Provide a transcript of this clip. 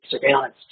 surveillance